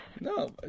No